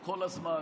כל הזמן.